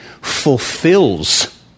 fulfills